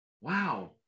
wow